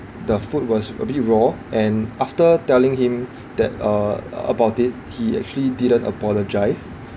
the food was a bit raw and after telling him that uh about it he actually didn't apologise